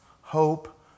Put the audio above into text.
hope